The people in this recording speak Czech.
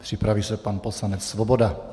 Připraví se pan poslanec Svoboda.